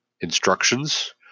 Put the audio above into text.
instructions